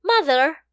Mother